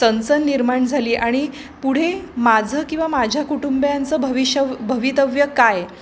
चणचण निर्माण झाली आणि पुढे माझं किंवा माझ्या कुटुंबाचं भविष्य भवितव्य काय